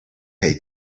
pay